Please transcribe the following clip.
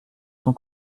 son